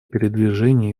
передвижение